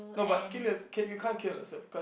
no but kill yours~ you can't kill yourself cause